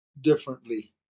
differently